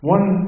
One